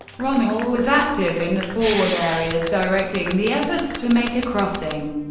rommel was active in the forward areas, directing the efforts to make a crossing,